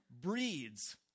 breeds